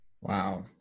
Wow